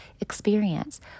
experience